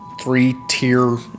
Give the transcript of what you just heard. three-tier